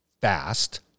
fast